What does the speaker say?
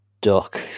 duck